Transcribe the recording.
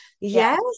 yes